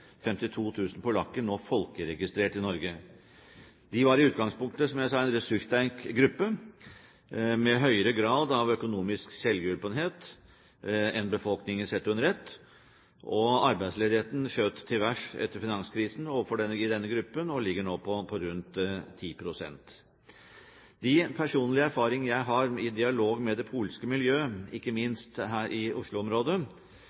i utgangspunktet en ressurssterk gruppe med høyere grad av økonomisk selvhjulpenhet enn befolkningen sett under ett. Arbeidsledigheten skjøt etter finanskrisen til værs i denne gruppen og ligger nå på rundt 10 pst. Ifølge de personlige erfaringer jeg har i dialog med det polske miljøet, ikke